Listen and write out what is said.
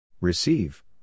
Receive